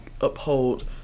uphold